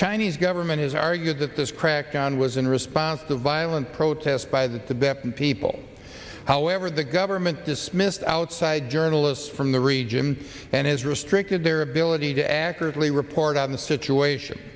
chinese government has argued that this crackdown was in response to violent protests by the tibetan people however the government dismissed outside journalists from the region and has restricted their ability to accurately report on the situation